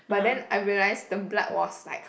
but then I realise the blood was like